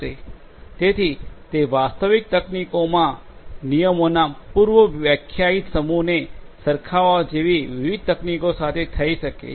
તેથી તે વાસ્તવિક તકનીકોમાં નિયમોના પૂર્વવ્યાખ્યાયિત સમૂહને સરખાવવા જેવી વિવિધ તકનીકો સાથે થઈ છે